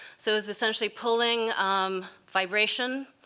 so it was essentially pulling um vibration,